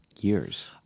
years